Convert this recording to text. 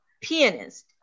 pianist